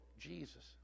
Jesus